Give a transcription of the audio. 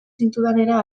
zintudanera